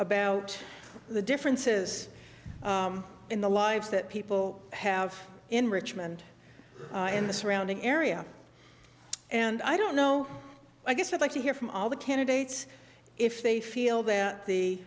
about the difference is in the lives that people have in richmond and the surrounding area and i don't know i guess would like to hear from all the candidates if they feel that the